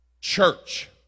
church